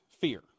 fear